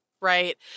right